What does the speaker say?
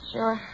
Sure